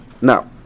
now